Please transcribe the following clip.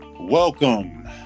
Welcome